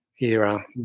era